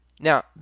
Now